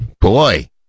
boy